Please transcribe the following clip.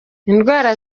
indwara